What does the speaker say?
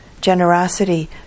generosity